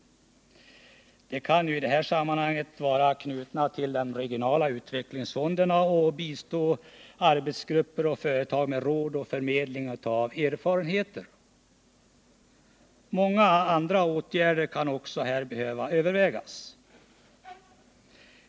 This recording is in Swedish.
De kan i det här sammanhanget vara knutna till de regionala utvecklingsfonderna och bistå arbetsgrupper och företag med råd och förmedling av erfarenheter. Många andra åtgärder kan också behöva övervägas.